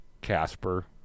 casper